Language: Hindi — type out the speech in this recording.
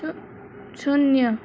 शून्य